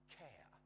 care